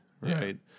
right